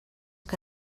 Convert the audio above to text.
que